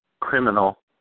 criminal